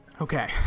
Okay